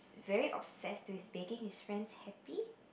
very upset to he is begging his friends happy